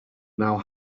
now